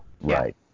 Right